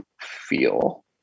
feel